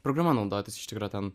programa naudotis iš tikro ten